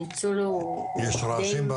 הניצול הוא די היה מלא.